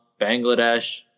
Bangladesh